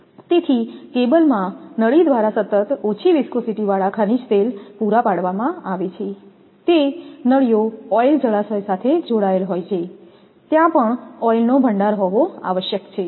તેથી કેબલમાં નળી દ્વારા સતત ઓછી વીસ્કોસીટી વાળા ખનિજ તેલ પૂરા પાડવામાં આવે છે તે નળીઓ ઓઇલ જળાશય સાથે જોડાયેલા હોય છે ત્યાં પણ ઓઇલ નો ભંડાર હોવો આવશ્યક છે